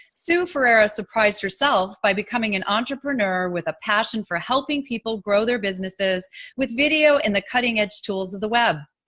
sue ferreira surprised herself by becoming an entrepreneur, with a passion for helping people grow their businesses with video and the cutting-edge tools of the web.